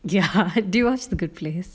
ya do you watch the good place